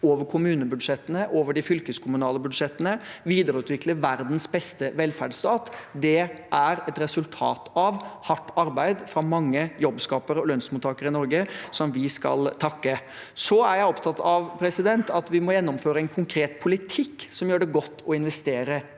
over kommunebudsjettene, over de fylkeskommunale budsjettene, og videreutvikle verdens beste velferdsstat. Det er et resultat av hardt arbeid fra mange jobbskapere og lønnsmottakere i Norge som vi skal takke. Jeg er opptatt av at vi må gjennomføre en konkret politikk som gjør det godt å investere i